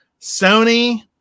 Sony